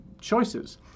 choices